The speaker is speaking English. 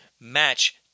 match